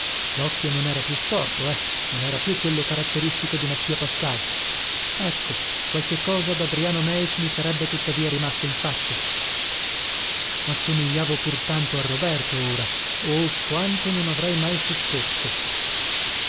locchio non era più storto eh non era più quello caratteristico di mattia pascal ecco qualche cosa dadriano meis mi sarebbe tuttavia rimasta in faccia ma somigliavo pur tanto a roberto ora oh quanto non avrei mai supposto